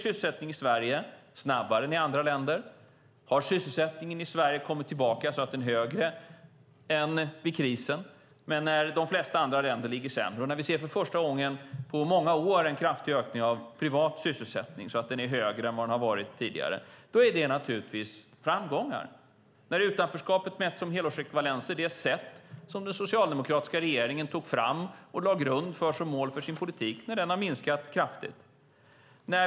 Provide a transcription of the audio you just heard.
Sysselsättningen i Sverige stiger snabbare än i andra länder. Sysselsättningen i Sverige har kommit tillbaka så att den är högre än vid krisen samtidigt som de flesta andra länder ligger sämre. För första gången på många år ser vi en kraftig ökning av privat sysselsättning. Den är högre än vad den har varit tidigare. Detta är naturligtvis framgångar. Utanförskapet mätt som helårsekvivalenter, det sätt som den socialdemokratiska regeringen tog fram och lade grund för som mål för sin politik, har minskat kraftigt.